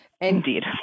Indeed